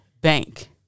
bank